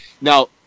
now